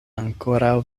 ankoraŭ